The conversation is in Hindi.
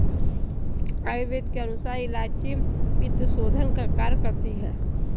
आयुर्वेद के अनुसार इलायची पित्तशोधन का कार्य करती है